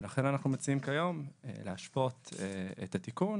ולכן אנחנו מציעים כיום להשוות את התיקון